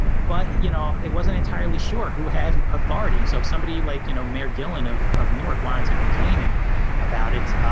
but, you know, it wasn't entirely sure who had authority. and so if somebody like, you know, mayor gillean of of newark wanted to complaining about it,